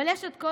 אבל יש את כל